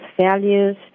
values